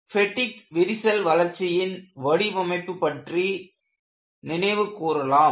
பெட்டிக் விரிசல் வளர்ச்சியின் வடிவமைப்பு பற்றி நினைவு கூறலாம்